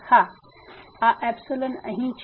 હા આ અહીં છે